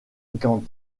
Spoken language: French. gand